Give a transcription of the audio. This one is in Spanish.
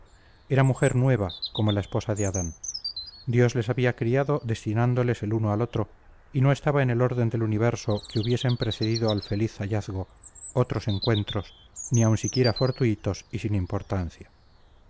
era mujer nueva como la esposa de adán dios les había criado destinándoles el uno al otro y no estaba en el orden del universo que hubiesen precedido al feliz hallazgo otros encuentros ni aun siquiera fortuitos y sin importancia